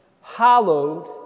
Hallowed